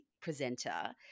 presenter